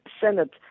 Senate